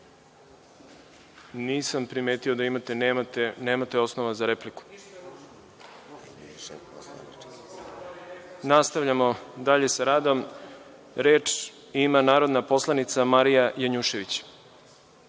Nisam primetio da imate, nemate osnova za repliku. Nastavljamo dalje sa radom. Reč ima narodna poslanica Marija Janjušević.